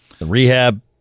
Rehab